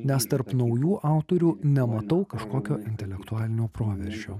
nes tarp naujų autorių nematau kažkokio intelektualinio proveržio